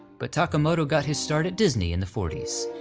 but takamoto got his start at disney in the forty s,